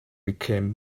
became